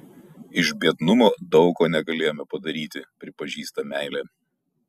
iš biednumo daug ko negalėjome padaryti pripažįsta meilė